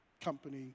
company